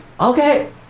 okay